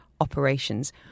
operations